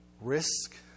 risk